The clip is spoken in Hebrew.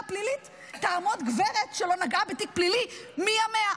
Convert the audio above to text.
הפלילית תעמוד גברת שלא נגעה בתיק פלילי מימיה,